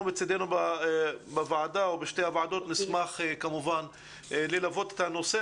אנחנו מצדנו בוועדה או בשתי הוועדות נשמח כמובן ללוות את הנושא